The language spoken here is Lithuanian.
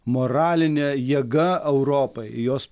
moralinė jėga europai i jos